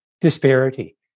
disparity